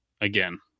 again